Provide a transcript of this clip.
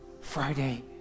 Friday